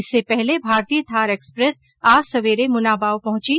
इससे पहले भारतीय थार एक्सप्रेस आज सवेरे मुनाबाव पहुंची